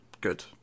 good